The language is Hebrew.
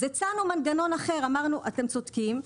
אז הצענו מנגנון אחר ואמרנו: אתם צודקים,